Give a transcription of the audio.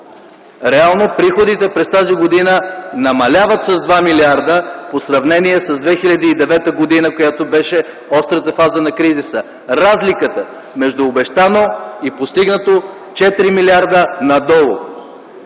Реално приходите през тази година намаляват с два милиарда по сравнение с 2009 г., която беше острата фаза на кризата. Разликата между обещано и постигнато – 4 милиарда надолу.